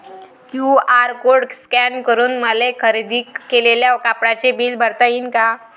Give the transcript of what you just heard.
QR code scan करून मले खरेदी केलेल्या कापडाचे बिल भरता यीन का?